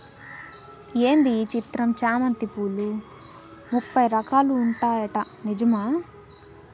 ఏంది ఈ చిత్రం చామంతి పూలు ముప్పై రకాలు ఉంటాయట నిజమా